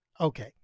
Okay